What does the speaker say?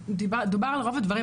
דובר על רוב הדברים,